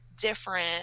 different